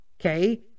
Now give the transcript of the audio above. okay